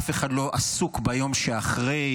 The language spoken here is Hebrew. אף אחד לא עסוק ביום שאחרי,